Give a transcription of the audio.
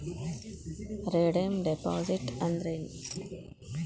Redeem deposit ಅಂದ್ರೇನ್?